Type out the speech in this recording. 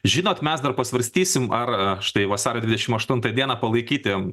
žinot mes dar pasvarstysim ar štai vasario dvidešimt aštuntą dieną palaikyti